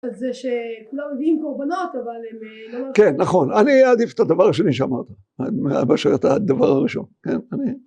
על זה שכולם מביאים קורבנות אבל הם. כן נכון אני אעדיף את הדבר השני שאמרת, מאשר את הדבר הראשון.